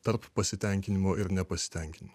tarp pasitenkinimo ir nepasitenkinimo